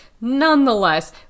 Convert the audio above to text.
Nonetheless